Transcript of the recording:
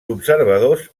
observadors